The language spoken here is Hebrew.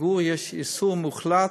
בגור יש איסור מוחלט,